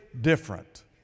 different